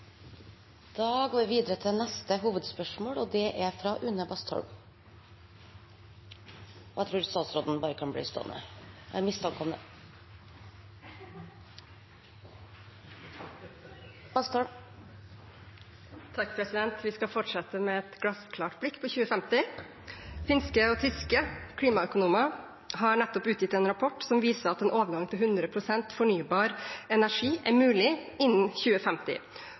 Vi går videre til neste hovedspørsmål. Mitt spørsmål går til klima- og miljøministeren. Vi skal fortsette med et glassklart blikk på 2050. Finske og tyske klimaøkonomer har nettopp utgitt en rapport som viser at overgang til 100 pst. fornybar energi er mulig innen 2050,